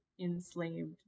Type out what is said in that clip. enslaved